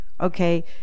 okay